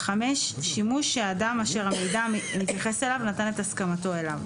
שימוש שהאדם אשר המידע מתייחס אליו נתן את הסכמתו אליו,